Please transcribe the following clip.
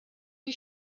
you